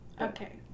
Okay